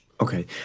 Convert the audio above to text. Okay